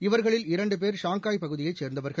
இவர்களில் இரண்டு பேர் ஷாங்காய் பகுதியை சேர்ந்தவர்கள்